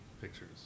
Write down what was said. pictures